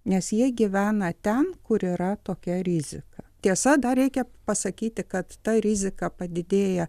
nes jie gyvena ten kur yra tokia rizika tiesa dar reikia pasakyti kad ta rizika padidėja